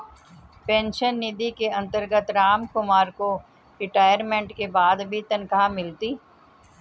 pension निधि के अंतर्गत रामकुमार को रिटायरमेंट के बाद भी तनख्वाह मिलती